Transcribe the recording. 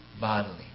bodily